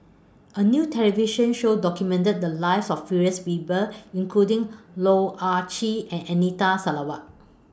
A New television Show documented The Lives of various People including Loh Ah Chee and Anita Sarawak